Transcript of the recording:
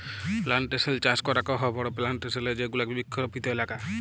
plantation চাস করাক হ বড়ো প্লানটেশন এ যেগুলা বৃক্ষরোপিত এলাকা